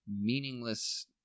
meaningless